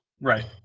Right